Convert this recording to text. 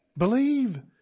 Believe